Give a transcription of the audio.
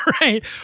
right